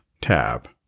tab